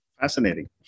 Fascinating